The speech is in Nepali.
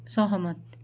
सहमत